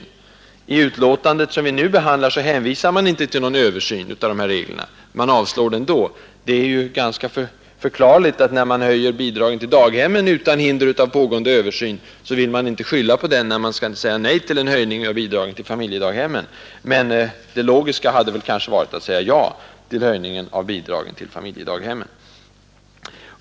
I det betänkande från socialutskottet som vi nu behandlar hänvisar man inte till någon översyn av reglerna, men avstyrker ändå förslaget. Det är ju ganska förklarligt, att när man höjer bidraget till daghemmen utan hinder av pågående översyn, så vill man inte skylla på denna när man skall säga nej till en höjning av bidraget till familjedaghemmen. Men det logiska hade väl varit att även säga ja till höjningen av bidraget till familjedaghemmen.